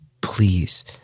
please